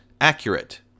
accurate